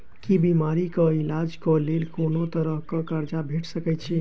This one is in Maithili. की बीमारी कऽ इलाज कऽ लेल कोनो तरह कऽ कर्जा भेट सकय छई?